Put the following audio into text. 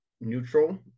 neutral